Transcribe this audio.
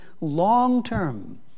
long-term